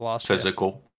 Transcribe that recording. Physical